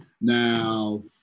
Now